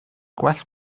gwell